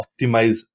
optimize